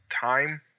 time